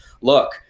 look